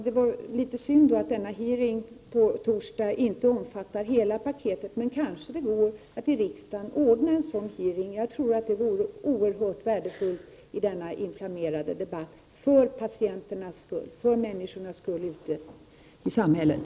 Det är litet synd att hearingen på torsdag inte omfattar hela paketet, men det kanske går att ordna också en sådan hearing i riksdagen. Det vore oerhört värdefullt i denna inflammerade debatt, för patienternas skull och för människornas skull ute i samhället.